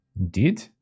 Indeed